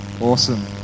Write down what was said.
Awesome